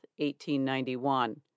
1891